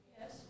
Yes